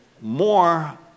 more